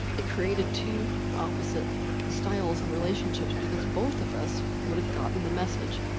it created two opposite styles in relationships because both of us would have gotten the message,